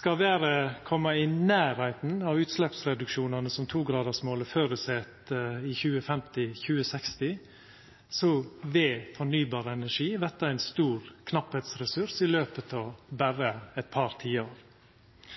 Skal ein koma i nærleiken av utsleppsreduksjonane som togradarsmålet føreset i 2050/2060, vil fornybar energi verta ein stor knappheitsressurs i løpet av berre eit par tiår.